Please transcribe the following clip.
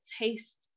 taste